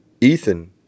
ethan